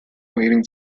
waiting